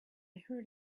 heard